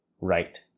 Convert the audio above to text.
Right